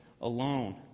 alone